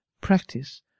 practice